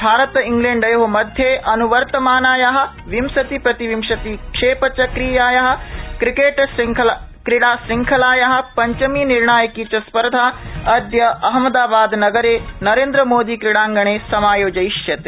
भारत इंग्लैण्डयो मध्ये अन्वर्तमानाया विंशति प्रतिविंशति क्षेप चक्रीयाया क्रिकेट क्रीडाश्रंखलाया पञ्चमी निर्णायिकी च स्पर्धा अद्य अहमदाबादे नरेन्द्रमोदिक्रीडांगणे समायोजयिष्यते